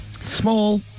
Small